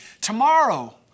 tomorrow